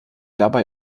dabei